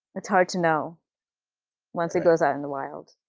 it's hard to know once it goes out in the wild.